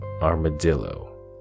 armadillo